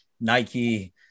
Nike